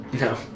No